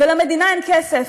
ולמדינה אין כסף.